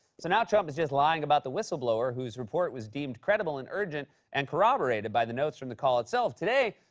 so now trump is just lying about the whistleblower, whose report was deemed credible and urgent and corroborated by the notes from the call itself. today,